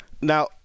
now